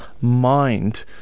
mind